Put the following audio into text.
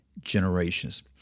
generations